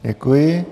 Děkuji.